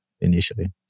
initially